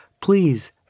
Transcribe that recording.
please